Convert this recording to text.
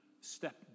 step